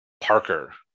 Parker